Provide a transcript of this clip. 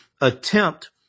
attempt